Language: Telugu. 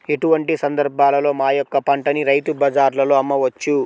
ఎటువంటి సందర్బాలలో మా యొక్క పంటని రైతు బజార్లలో అమ్మవచ్చు?